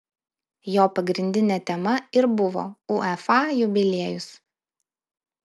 jo pagrindinė tema ir buvo uefa jubiliejus